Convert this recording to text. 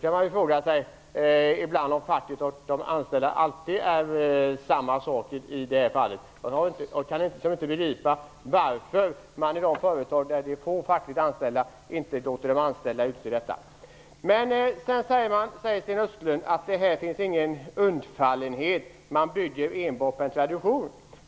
Man kan fråga sig om facket och de anställda alltid är ett och samma. Jag kan inte begripa varför man i de företag där det är få fackligt anställda inte låter de anställda utse representanter. Sten Östlund säger att det inte finns någon undfallenhet och att man enbart bygger på en tradition.